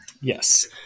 Yes